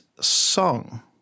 song